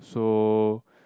so